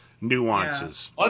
Nuances